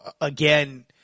again